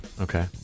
Okay